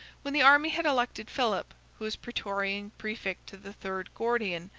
when the army had elected philip, who was praetorian praefect to the third gordian,